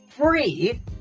free